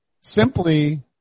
simply